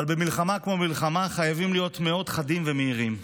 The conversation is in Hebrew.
אבל במלחמה כמו במלחמה חייבים להיות מאוד חדים ומהירים.